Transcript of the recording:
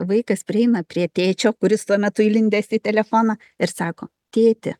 vaikas prieina prie tėčio kuris tuo metu įlindęs į telefoną ir sako tėti